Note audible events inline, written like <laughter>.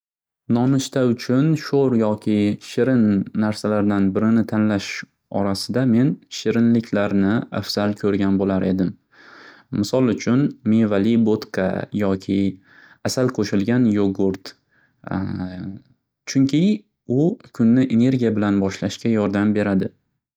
<noise> Nonushta uchun sho'r yoki shirin narsalardan birini tanlash orasida men shirinliklarni afsal ko'rgan bo'lar edim. Misol uchun mevali bo'tqa yoki asal qo'shilgan yo'gurt <hesitation> chunki u kunni energiya bilan boshlashga yordam beradi <noise>